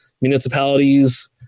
municipalities